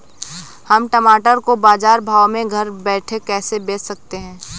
हम टमाटर को बाजार भाव में घर बैठे कैसे बेच सकते हैं?